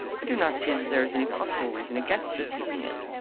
i do not see that there is any possible reason against your keeping it.